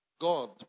God